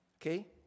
okay